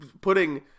putting